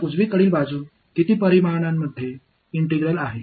வலது புறத்தில் எத்தனை பரிமாணங்களில் ஒரு ஒருங்கிணைப்பு உள்ளது